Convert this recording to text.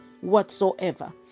whatsoever